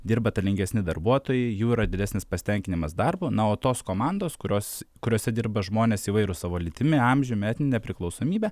dirba talingesni darbuotojai jų yra didesnis pasitenkinimas darbu na o tos komandos kurios kuriose dirba žmonės įvairūs savo lytimi amžiumi etnine priklausomybe